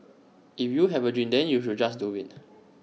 if you have A dream then you should just do IT